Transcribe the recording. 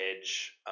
edge